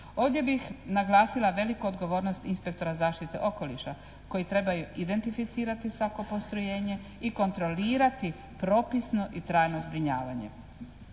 Ovdje bih naglasila veliku odgovornost inspektora zaštite okoliša koji trebaju identificirati svako postrojenje i kontrolirati propisno i trajno zbrinjavanje.